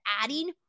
adding